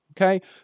Okay